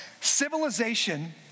Civilization